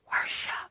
worship